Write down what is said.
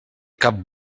cap